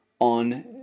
on